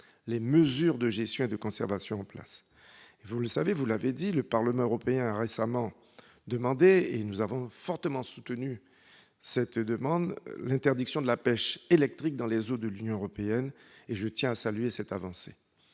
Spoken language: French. les mesures de gestion et de conservation en place. Vous l'avez dit, le Parlement européen a récemment demandé, et nous avons fortement soutenu cette demande, l'interdiction de la pêche électrique dans les eaux de l'Union européenne. Je tiens à saluer cette avancée.